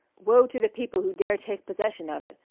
woe to the people who dare take possession of it!